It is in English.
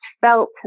felt